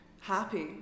happy